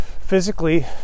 physically